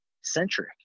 centric